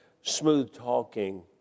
smooth-talking